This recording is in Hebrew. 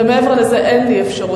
ומעבר לזה אין לי אפשרות.